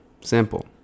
simple